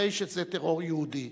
הרי שזהו טרור יהודי,